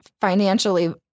financially